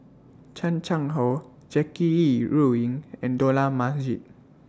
Chan Chang How Jackie Yi Ru Ying and Dollah Majid